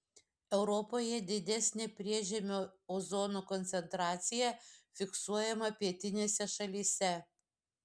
europoje didesnė priežemio ozono koncentracija fiksuojama pietinėse šalyse